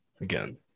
again